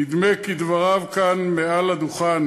נדמה כי דבריו כאן מעל הדוכן